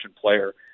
player